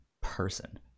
person